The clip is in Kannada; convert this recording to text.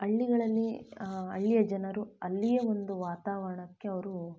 ಹಳ್ಳಿಗಳಲ್ಲಿ ಹಳ್ಳಿಯ ಜನರು ಅಲ್ಲಿಯ ಒಂದು ವಾತಾವರಣಕ್ಕೆ ಅವರು